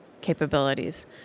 capabilities